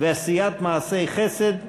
ובעשיית מעשי חסד וצדקה.